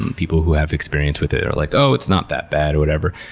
and people who have experience with it are like, oh, it's not that bad, or whatever.